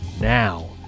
Now